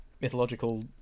mythological